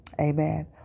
Amen